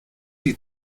die